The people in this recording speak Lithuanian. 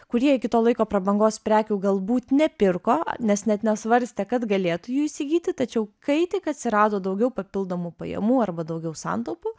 kurie iki to laiko prabangos prekių galbūt nepirko nes net nesvarstė kad galėtų jų įsigyti tačiau kai tik atsirado daugiau papildomų pajamų arba daugiau santaupų